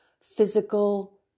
physical